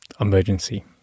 emergency